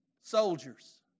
Soldiers